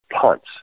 punts